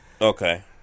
Okay